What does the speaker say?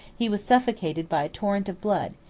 he was suffocated by a torrent of blood,